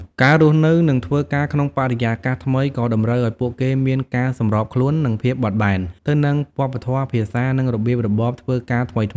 ការរស់នៅ និងធ្វើការក្នុងបរិយាកាសថ្មីក៏តម្រូវឱ្យពួកគេមានការសម្របខ្លួន និងភាពបត់បែន ទៅនឹងវប្បធម៌ ភាសា និងរបៀបរបបធ្វើការថ្មីៗ ដែលជួយពង្រឹងភាពរឹងមាំផ្លូវចិត្ត និងស្មារតីតស៊ូរបស់ពួកគេ។